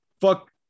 Fuck